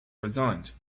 resigned